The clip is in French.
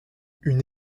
une